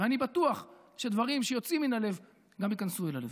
ואני בטוח שדברים שיוצאים מן הלב גם ייכנסו אל הלב.